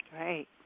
Right